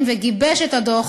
הוא גיבש את הדוח